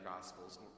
Gospels